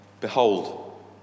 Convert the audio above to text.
Behold